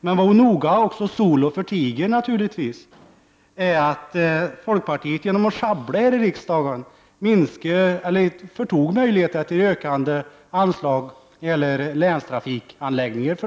Men vad hon noga, och även solo, förtiger är naturligtvis att folkpartiet genom att schabbla här iriksdagen för några dagar sedan fördärvade möjligheterna att öka anslagen till länstrafikanläggningar.